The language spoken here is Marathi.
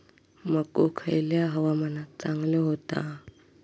मको खयल्या हवामानात चांगलो होता?